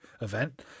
event